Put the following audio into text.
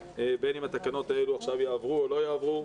בין אם התקנות האלה יעברו היום או לא יעברו.